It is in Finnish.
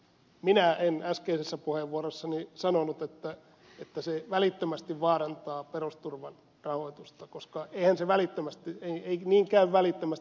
minä en äskeisessä puheenvuorossani sanonut että se välittömästi vaarantaa perusturvan rahoitusta koska eihän se tee niin niinkään välittömästi